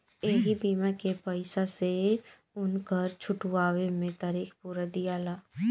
ऐही बीमा के पईसा से उनकर छुट्टीओ मे तारीख पुरा दियाला